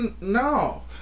No